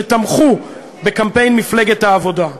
שתמכו בקמפיין של מפלגת העבודה.